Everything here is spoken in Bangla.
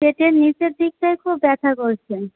পেটের নিচের দিকটায় খুব ব্যথা করছে